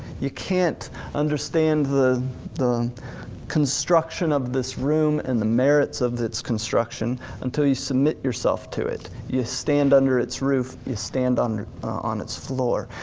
you can't understand the the construction of this room and the merits of its construction until you submit yourself to it. you stand under its roof, you stand on on its floor.